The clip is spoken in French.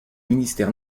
ministère